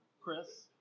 Chris